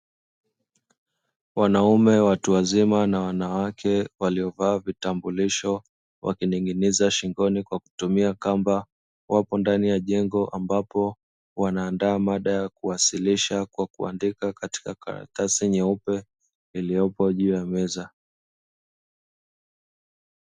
Wanaume watu wazima na wanawake walio vaa vitambulisho wakining'iniza shingoni kwa kutumia kamba, wapo ndani ya jengo ambapo wanaandaa mada kwaajili ya kuwasilisha katika karatasi nyeupe iliyopo juu ya meza.